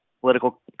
Political